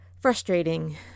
frustrating